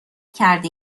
کرده